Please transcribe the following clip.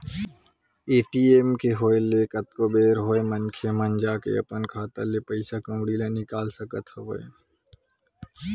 ATM के होय ले कतको बेर होय मनखे मन ह जाके अपन खाता ले पइसा कउड़ी ल निकाल सकत हवय